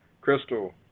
Crystal